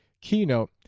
keynote